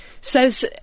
says